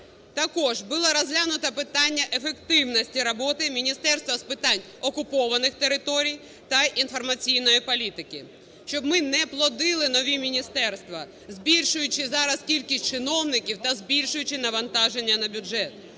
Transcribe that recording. Також було розглянуто питання ефективності роботи міністерств з питань окупованих територій та інформаційної політики. Щоб ми не плодили нові міністерства, збільшуючи зараз кількість чиновників та збільшуючи навантаження на бюджет,